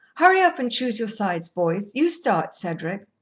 hurry up and choose your sides, boys. you start, cedric.